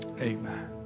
Amen